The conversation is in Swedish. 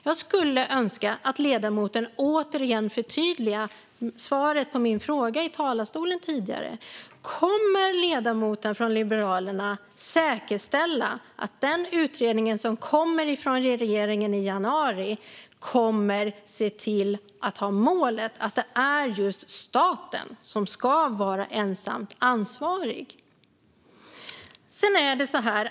Jag skulle önska att ledamoten återigen förtydligade svaret på min fråga i talarstolen tidigare: Kommer ledamoten från Liberalerna att säkerställa att den utredning som kommer från regeringen i januari har målet att det är just staten som ska vara ensamt ansvarig?